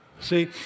See